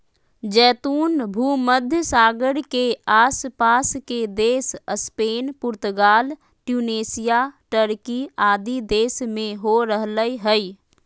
जैतून भूमध्य सागर के आस पास के देश स्पेन, पुर्तगाल, ट्यूनेशिया, टर्की आदि देश में हो रहल हई